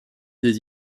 des